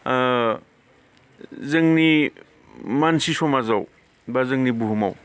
जोंनि मानसि समाजाव बा जोंनि बुहुमाव